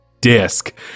disc